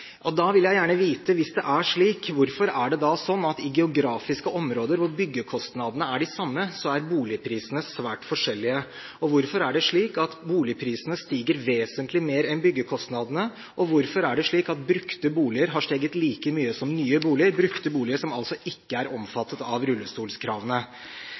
Da vil jeg gjerne vite, hvis det er slik: Hvorfor er det da slik at i geografiske områder, hvor byggekostnadene er de samme, er boligprisene svært forskjellige? Hvorfor er det slik at boligprisene stiger vesentlig mer enn byggekostnadene? Og hvorfor er det slik at brukte boliger har steget like mye som nye boliger, brukte boliger som altså ikke er